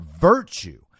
virtue